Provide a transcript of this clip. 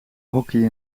hockey